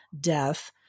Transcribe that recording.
death